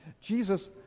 Jesus